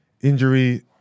Injury